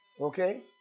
Okay